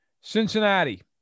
Cincinnati